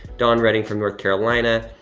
dawn reading from north carolina.